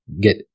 get